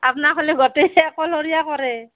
আপোনাৰ হ'লে গোটেই অকলশৰীয়া কৰে